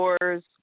stores